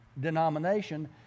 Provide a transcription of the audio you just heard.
denomination